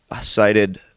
cited